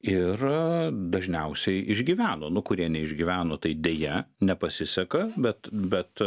ir dažniausiai išgyveno nu kurie neišgyveno tai deja nepasiseka bet bet